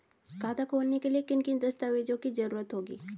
खाता खोलने के लिए किन किन दस्तावेजों की जरूरत होगी?